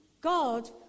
God